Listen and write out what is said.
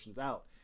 out